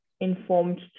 informed